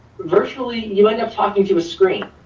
virtually, you ended up talking to a screen.